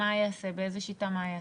באיזה שיטה מה ייעשה?